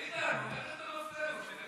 ביטן, ביטן, אתה מפריע.